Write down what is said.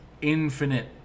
Infinite